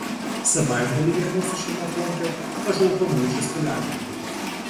savaitgalyje mūsų šeima aplankė ąžuolpamūšės piliakalnį